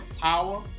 power